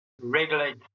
regulate